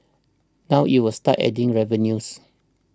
now it will start adding revenues